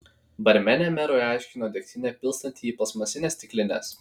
barmenė merui aiškino degtinę pilstanti į plastmasines stiklines